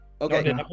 Okay